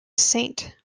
saint